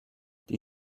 die